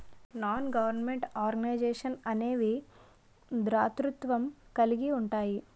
non government organisations అనేవి దాతృత్వం కలిగి ఉంటాయి